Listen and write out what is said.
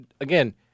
again